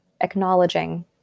acknowledging